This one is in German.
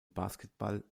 basketball